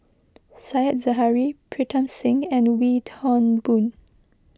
Said Zahari Pritam Singh and Wee Toon Boon